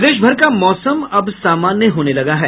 प्रदेशभर का मौसम अब सामान्य होने लगा है